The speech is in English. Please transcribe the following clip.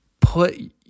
put